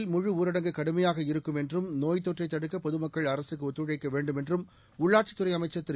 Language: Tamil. சென்னையில் முழுஊரடங்கு கடுமையாக இருக்கும் என்றும் நோய்த் தொற்றை தடுக்க பொதுமக்கள் அரசுக்கு ஒத்துழைக்க வேண்டும் என்றும் உள்ளாட்சித்துறை அமைச்சர் திரு